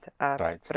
Right